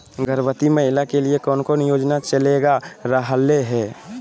गर्भवती महिला के लिए कौन कौन योजना चलेगा रहले है?